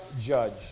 judge